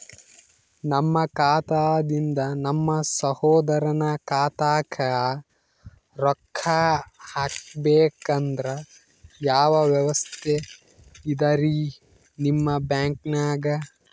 ನಮ್ಮ ಖಾತಾದಿಂದ ನಮ್ಮ ಸಹೋದರನ ಖಾತಾಕ್ಕಾ ರೊಕ್ಕಾ ಹಾಕ್ಬೇಕಂದ್ರ ಯಾವ ವ್ಯವಸ್ಥೆ ಇದರೀ ನಿಮ್ಮ ಬ್ಯಾಂಕ್ನಾಗ?